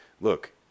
Look